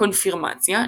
קונפירמציה,